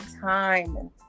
time